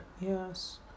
Yes